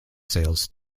sales